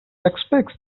expects